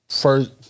first